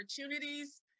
opportunities